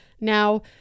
Now